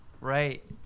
right